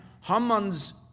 Haman's